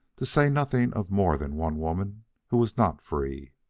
to say nothing of more than one woman who was not free.